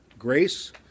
Grace